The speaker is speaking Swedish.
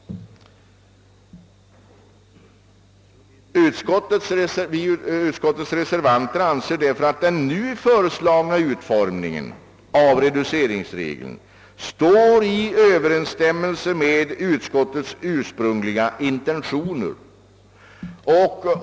Utskottets reservanter anser därför att den nu föreslagna utformningen av reduceringsregeln står i överensstämmelse med utskottets ursprungliga intentioner.